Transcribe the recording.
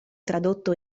tradotto